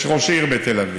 יש ראש עיר בתל אביב.